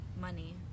money